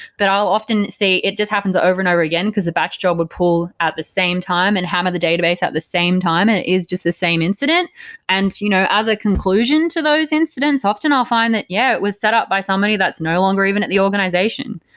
i'll often say it just happens over and over again, because the batch job would pull at the same time and hammer the database at the same time and it is just the same incident and you know as a conclusion to those incidents, often i'll find that yeah, it was set up by somebody that's no longer even at the organization.